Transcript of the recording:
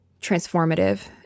transformative